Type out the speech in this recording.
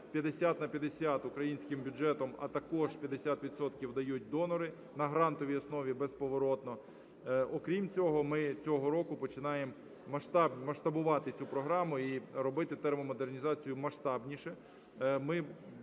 50 на 50 українським бюджетом, а також 50 відсотків дають донори на грантовій основі безповоротно. Окрім цього, ми цього року починаємо масштабувати цю програму і робити термомодернізацію масштабніше.